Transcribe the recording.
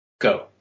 Go